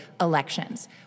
elections